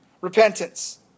repentance